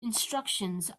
instructions